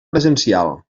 presencial